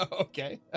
Okay